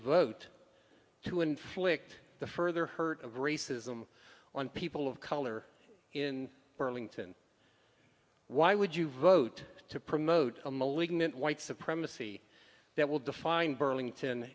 vote to inflict the further hurt of racism on people of color in burlington why would you vote to promote a malignant white supremacy that will define burlington